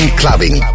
clubbing